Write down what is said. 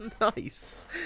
nice